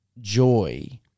joy